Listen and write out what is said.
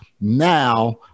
now